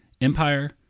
Empire